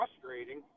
frustrating